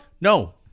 No